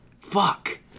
Fuck